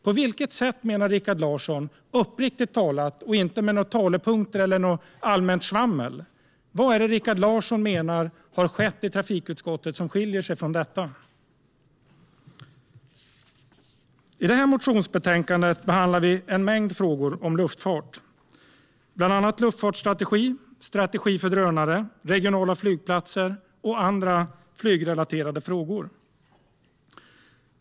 På vilket sätt menar Rikard Larsson - uppriktigt talat, och inte med några talepunkter och något allmänt svammel - att det har skett något i trafikutskottet som skiljer sig från detta? I det här motionsbetänkandet behandlar vi en mängd frågor om luftfart, bland annat luftfartsstrategi, strategi för drönare, regionala flygplatser och andra flygrelaterade frågor.